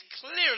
clearly